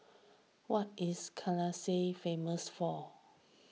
what is Kinshasa famous for